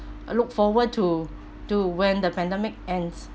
look forward to do when the pandemic ends